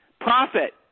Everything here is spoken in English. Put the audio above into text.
Profit